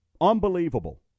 unbelievable